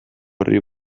orri